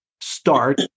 start